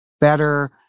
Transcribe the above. better